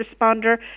responder